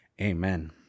amen